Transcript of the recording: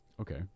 Okay